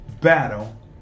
battle